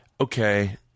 okay